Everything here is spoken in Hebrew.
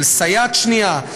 של סייעת שנייה,